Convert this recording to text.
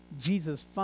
Jesus